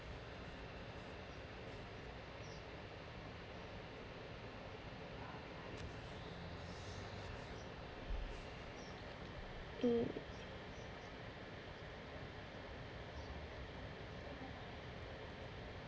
mm